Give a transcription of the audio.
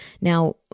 Now